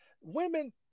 women